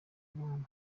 abana